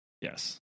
Yes